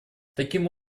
таким